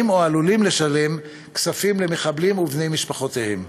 או עלולים לשלם כספים למחבלים ובני משפחותיהם.